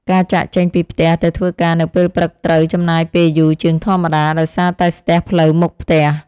ការចាកចេញពីផ្ទះទៅធ្វើការនៅពេលព្រឹកត្រូវចំណាយពេលយូរជាងធម្មតាដោយសារតែស្ទះផ្លូវមុខផ្ទះ។